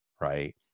right